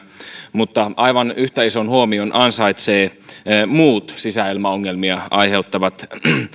mutta aivan yhtä ison huomion ansaitsevat muut sisäilmaongelmia aiheuttavat